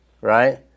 right